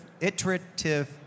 iterative